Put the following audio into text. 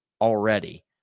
already